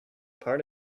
part